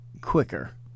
quicker